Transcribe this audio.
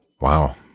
Wow